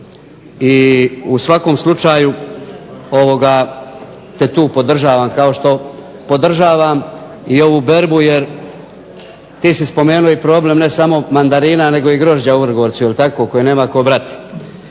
I u svakom slučaju te tu podržavam kao što podržavam i ovu berbu jer ti si spomenuo i problem ne samo mandarina nego i grožđa u Vrgorcu koje nema tko brati.